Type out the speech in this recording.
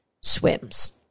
swims